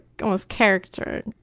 like almost character,